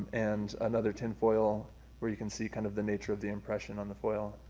and another tin foil where you can see kind of the nature of the impression on the foil.